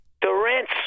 Durant